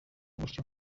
gutyo